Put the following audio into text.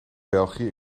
belgië